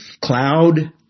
cloud